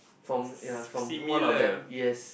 from yea from one of them yes